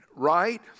right